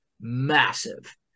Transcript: massive